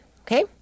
Okay